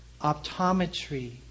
Optometry